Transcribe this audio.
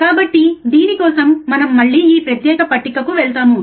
కాబట్టి దీని కోసం మనం మళ్ళీ ఈ ప్రత్యేక పట్టికకు వెళ్తాము